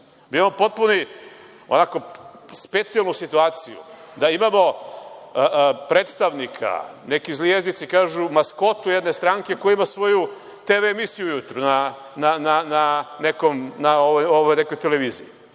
ni dan danas. Imamo specijalnu situaciju da imamo predstavnika, neki zli jezici kažu maskotu jedne stranke koji ima svoju TV emisiju na nekoj televiziji.